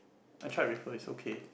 I tried before is okay